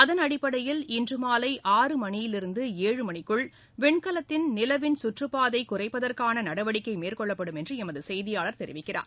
அதன் அடிப்படையில் இன்று மாலை ஆறு மணியிலிருந்து ஏழு மணிக்குள் விண்கலத்தின் நிலவின் சுற்றுப் பாதை குறைப்பதற்கான நடவடிக்கை மேற்கொள்ளப்படும் என்று எமது செய்தியாளர் தெரிவிக்கிறார்